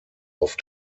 auf